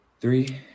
Three